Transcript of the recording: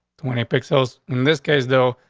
twenty pixels. in this case, though,